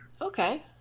Okay